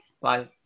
Bye